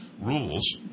rules